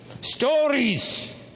stories